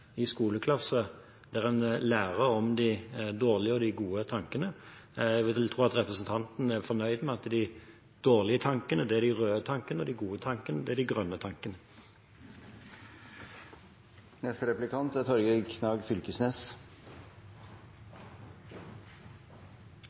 i skoleklasser der en lærer om de dårlige og de gode tankene. Jeg vil tro at representanten er fornøyd med at de dårlige tankene er de røde tankene, og de gode tankene er de grønne tankene. Eg følgjer tenkinga til ministeren på fleire område, men det er